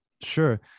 Sure